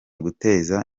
guteza